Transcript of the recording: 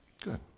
Good